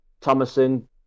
Thomason